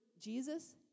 Jesus